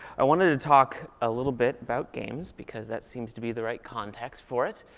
i wanted to talk a little bit about games, because that seems to be the right context for it.